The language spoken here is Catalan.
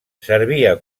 servia